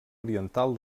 oriental